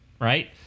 right